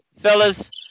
fellas